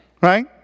Right